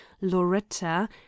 loretta